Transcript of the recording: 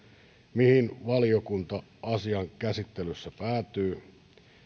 mihin valiokunta asian käsittelyssä päätyy